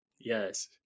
Yes